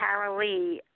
Carolee